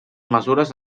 mesures